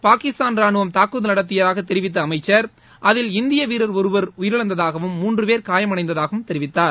பாகிஸ்தான் ராணுவம் தாக்குதல் நடத்தியதாக தெரிவித்த அமைச்சர் அதில் இந்திய வீரர் ஒருவர் உயிரிழந்ததாகவும் மூன்று பேர் காயமடைந்ததாகவும் தெரிவித்தார்